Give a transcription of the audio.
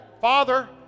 father